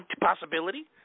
possibility